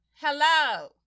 Hello